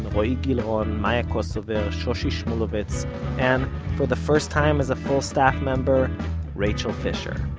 roee gilron, maya kosover, shoshi shmuluvitz and for the first time as a full staff member rachel fisher.